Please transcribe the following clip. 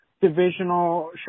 divisional